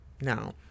now